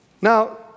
Now